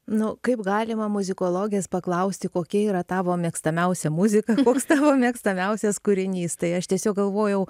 nu kaip galima muzikologės paklausti kokia yra tavo mėgstamiausia muzika koks tavo mėgstamiausias kūrinys tai aš tiesiog galvojau